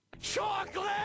Chocolate